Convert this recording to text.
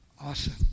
Awesome